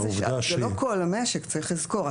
זה לא כל המשק, צריך לזכור.